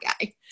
guy